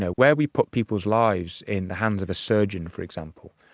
ah where we put people's lives in the hands of a surgeon, for example,